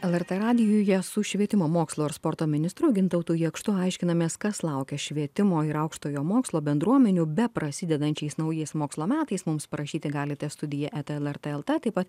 lrt radijuje su švietimo mokslo ir sporto ministru gintautu jakštu aiškinamės kas laukia švietimo ir aukštojo mokslo bendruomenių beprasidedančiais naujais mokslo metais mums parašyti galite studija eta leta elta taip pat